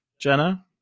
Jenna